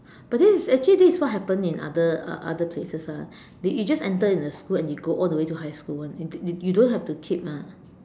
but this is actually this is what happen in other uh other places ah they you just enter in the school and they go all the way to high school [one] you don't have to keep ah